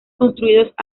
construidos